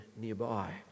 nearby